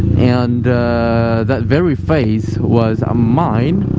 and that very face was mine